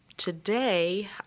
today